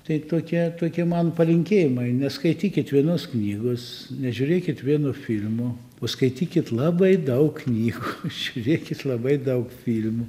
tai tokia tokie mano palinkėjimai neskaitykit vienos knygos nežiūrėkit vieno filmo o skaitykit labai daug knygų žiūrėkit labai daug filmų